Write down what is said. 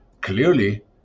Clearly